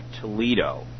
Toledo